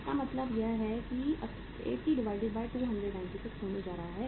इसका मतलब यह 80296 होने जा रहा है